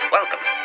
Welcome